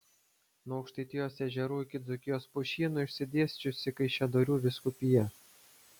nuo aukštaitijos ežerų iki dzūkijos pušynų išsidėsčiusi kaišiadorių vyskupija